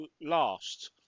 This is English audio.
last